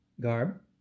garb